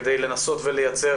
כדי לנסות ולייצר